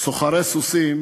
סוחרי סוסים